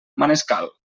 manescal